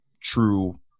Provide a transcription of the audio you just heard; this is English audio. true